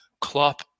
Klopp